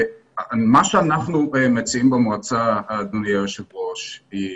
מה שאנחנו מציעים במועצה, אדוני היושב-ראש, היא